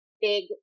big